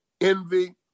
envy